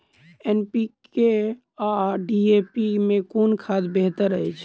NPK आ DAP मे कुन खाद बेहतर अछि?